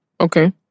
Okay